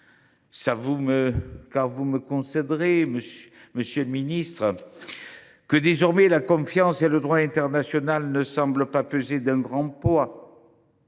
fait, vous me concéderez, monsieur le ministre, que désormais la confiance et le droit international ne semblent pas peser d’un grand poids